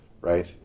right